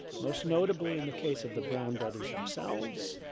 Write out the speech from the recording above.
most notably in the case of the brown brothers themselves.